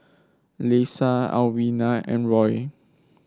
Leisa Alwina and Roy